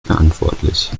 verantwortlich